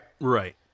Right